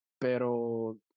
Pero